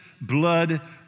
blood